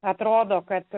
atrodo kad